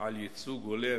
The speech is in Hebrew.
על ייצוג הולם